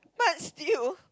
but still